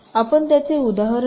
आपण त्याचे उदाहरण घेऊ